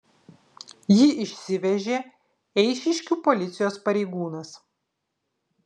jį išsivežė eišiškių policijos pareigūnas